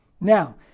Now